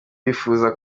bifuza